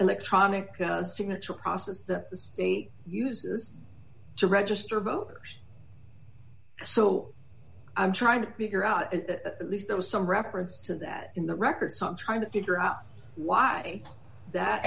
electronic signature process that the state uses to register voters so i'm trying to figure out at least there was some reference to that in the record some trying to figure out why that